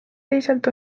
teisalt